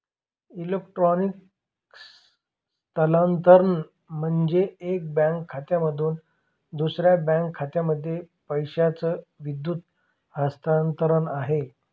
electronic स्थलांतरण म्हणजे, एका बँक खात्यामधून दुसऱ्या बँक खात्यामध्ये पैशाचं विद्युत हस्तांतरण आहे